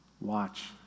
watch